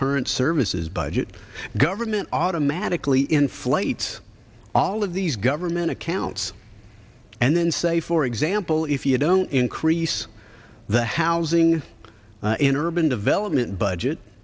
current services budget government automatically inflates all of these government accounts and then say for example if you don't increase the housing in urban development budget